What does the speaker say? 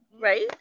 Right